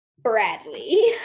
Bradley